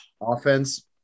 offense